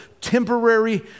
temporary